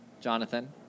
Jonathan